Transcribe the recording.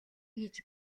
хийж